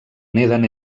neden